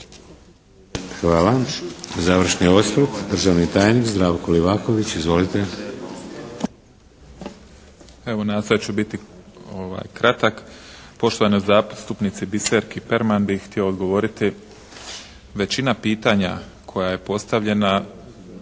Hvala. Završni osvrt državni tajnik Zdravko Livaković. Izvolite.